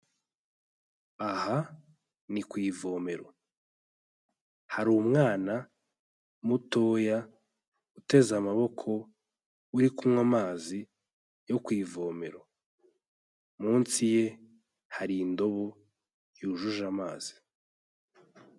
Aha ni ku ivomero, hari umwana mutoya uteze amaboko uri kunywa amazi yo ku ivomero, munsi ye hari indobo yujuje amazi.